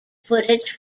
footage